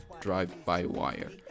drive-by-wire